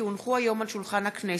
כי הונחו היום על שולחן הכנסת,